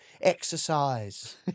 exercise